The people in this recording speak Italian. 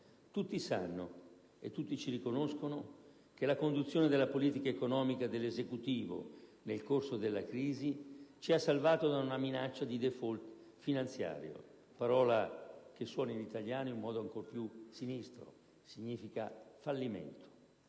Tutti sanno e tutti ci riconoscono che la conduzione della politica economica dell'Esecutivo nel corso della crisi ci ha salvato da una minaccia di *default* finanziario, parola che suona in italiano in modo ancor più sinistro: significa fallimento.